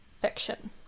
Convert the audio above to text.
fiction